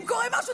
אם קורה משהו,